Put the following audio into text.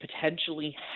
potentially